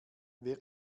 wer